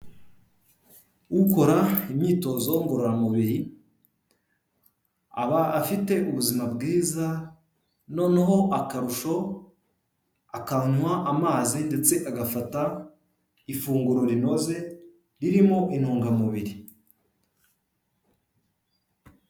Ukora imyitozo ngororamubiri aba afite ubuzima bwiza noneho akarusho akanywa amazi ndetse agafata ifunguro rinoze ririmo intungamubiri.